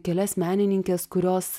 kelias menininkes kurios